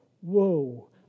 whoa